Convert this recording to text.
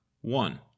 one